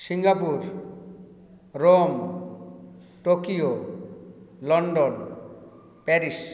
Singapore Rome Tokyo London Paris